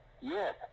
Yes